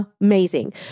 Amazing